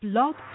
Blog